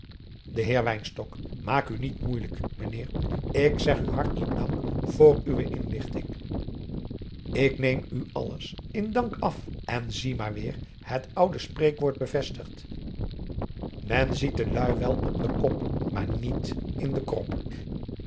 de heer wynstok maak u niet moeijelijk mijnheer ik zeg u hartelijk dank voor uwe inlichting ik neem u alles in dank af en zie maar weêr het oude spreekwoord bevestigd men ziet de luî wel op den kop maar niet in den krop